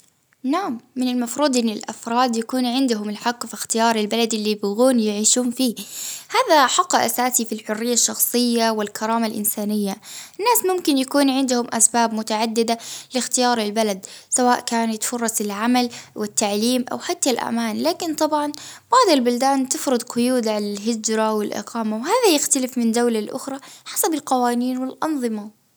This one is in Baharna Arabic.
نعم من المفروض أن الأفراد يكون عندهم الحق في إختيار البلد اللي يبغون يعيشون فيه، هذا حق أساسي في الحرية الشخصية والكرامة الإنسانية، الناس ممكن يكون عندهم أسباب متعددة لإختيار البلد، سواء كانت فرص العمل والتعليم، أو حتى الأمان، لكن طبعا بعض البلدان تفرض قيود علي الهجرة، والإقامة وهذا يختلف من دولة لأخرى حسب القوانين والأنظمة.